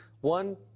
One